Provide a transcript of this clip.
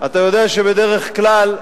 אתה יודע שבדרך כלל,